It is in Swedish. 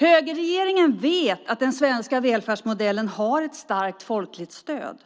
Högerregeringen vet att den svenska välfärdsmodellen har ett starkt folkligt stöd.